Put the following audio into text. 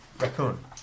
raccoon